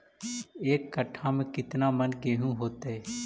एक कट्ठा में केतना मन गेहूं होतै?